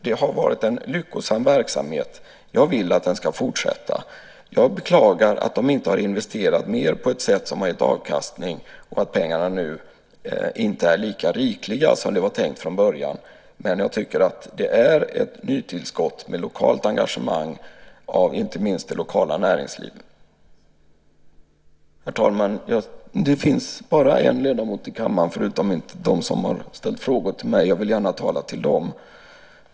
Det har varit en lyckosam verksamhet, och jag vill att den ska fortsätta. Jag beklagar att de inte har investerat mer på ett sätt som gett avkastning och att pengarna nu inte är lika rikliga som det var tänkt från början. Men jag tycker att det är ett nytillskott med lokalt engagemang, inte minst från det lokala näringslivet. Herr talman! Det finns just nu bara en ledamot i kammaren förutom de båda som ställt frågor till mig, och jag vill gärna tala till dem.